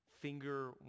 finger